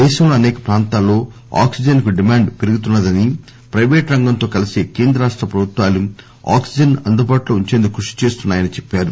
దేశంలో అసేక ప్రాంతాల్లో ఆక్సిజన్ కు డిమాండ్ పెరుగుతుందని ప్రైవేటు రంగంతో కలిసి కేంద్ర రాష్టప్రభుత్వాలు ఆక్సిజన్ అందుబాటులో ఉంచేందుకు కృషి చేస్తున్నాయని చెప్పారు